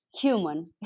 human